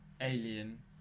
alien